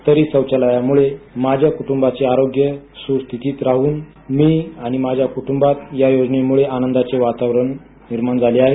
तरी सौचालयामुळे माझ्या कुटुंबाचे आरोग्य सुस्थितीत राहून मी आणि माझ्या कुटुंबात आनंदाचे वातावरण निर्माण झाले आहे